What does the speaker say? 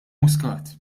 muscat